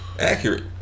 Accurate